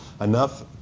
enough